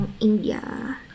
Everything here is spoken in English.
India